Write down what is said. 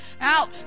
out